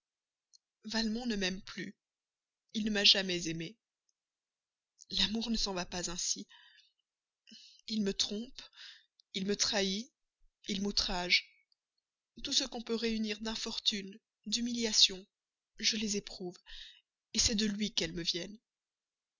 ne m'aime plus il ne m'a jamais aimée l'amour ne s'en va pas ainsi il me trompe il me trahit il m'outrage tout ce qu'on peut réunir d'infortune d'humiliations je les éprouve c'est de lui qu'elles me viennent